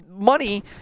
money